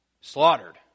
slaughtered